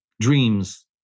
dreams